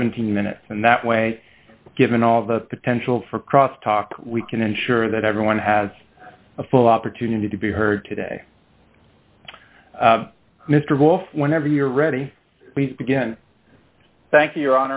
venteen minutes and that way given all the potential for cross talk we can ensure that everyone has a full opportunity to be heard today mr wolf whenever you're ready again thank you